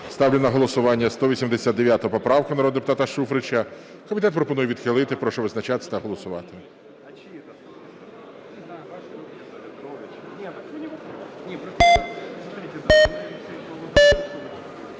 Ставлю на голосування 189 поправка народного депутата Шуфрича. Комітет пропонує відхилити. Прошу визначатися та голосувати.